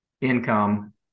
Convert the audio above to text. income